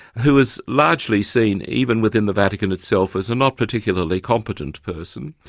who is largely seen, even within the vatican itself, as a not particularly competent person.